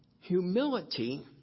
Humility